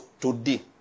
today